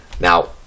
Now